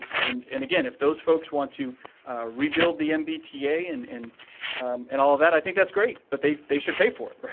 and and again, if those folks want to rebuild the mbta and and and all of that, i think that's great. but they they should pay for it.